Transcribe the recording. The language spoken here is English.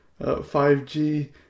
5G